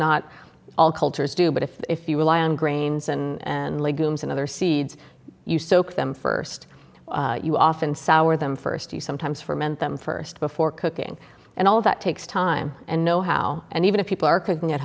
not all cultures do but if you rely on grains and legumes and other seeds you soak them first you often sour them first you sometimes ferment them first before cooking and all of that takes time and know how and even if people are cooking at